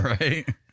right